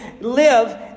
live